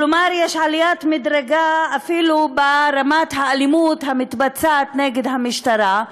כלומר יש עליית מדרגה אפילו ברמת האלימות המתבצעת נגד המשטרה.